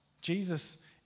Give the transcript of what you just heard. Jesus